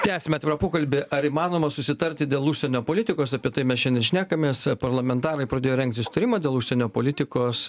tęsiam atvirą pokalbį ar įmanoma susitarti dėl užsienio politikos apie tai mes šiandien ir šnekamės parlamentarai pradėjo rengti sutarimą dėl užsienio politikos